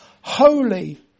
Holy